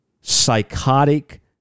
psychotic